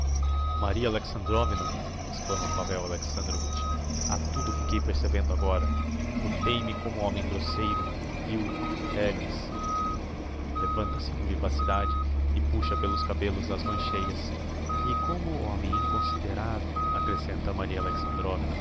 maria alexandrovna exclama pavel alexandrovitch a tudo fiquei percebendo agora portei me como homem grosseiro vil reles levanta-se com vivacidade e puxa pelos cabellos ás mancheias e como homem inconsiderado accrescenta maria